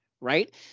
right